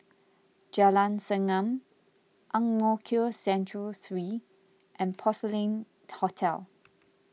Jalan Segam Ang Mo Kio Central three and Porcelain Hotel